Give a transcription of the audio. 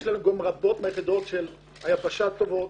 יש רבות מיחידות היבשה שהן טובות.